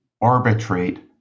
arbitrate